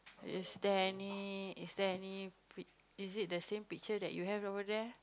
is there any is there any pic is it the same picture that you have over there